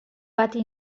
pati